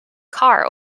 car